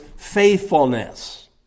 faithfulness